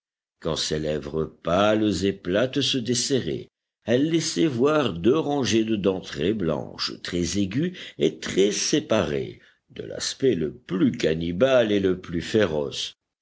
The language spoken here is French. quand ses lèvres pâles et plates se desserraient elles laissaient voir deux rangées de dents très blanches très aiguës et très séparées de l'aspect le plus cannibale et le plus féroce